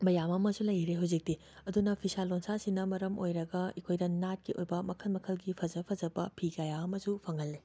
ꯃꯌꯥꯝ ꯑꯃꯁꯨ ꯂꯩꯔꯦ ꯍꯧꯖꯤꯛꯇꯤ ꯑꯗꯨꯅ ꯐꯤꯁꯥ ꯂꯣꯟꯁꯥꯁꯤꯅ ꯃꯔꯝ ꯑꯣꯏꯔꯒ ꯑꯩꯈꯣꯏꯗ ꯅꯥꯠꯀꯤ ꯑꯣꯏꯕ ꯃꯈꯜ ꯃꯈꯜꯒꯤ ꯐꯖ ꯐꯖꯕ ꯐꯤ ꯀꯌꯥ ꯑꯃꯁꯨ ꯐꯪꯍꯜꯂꯦ